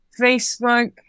Facebook